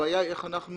הבעיה היא איך אנחנו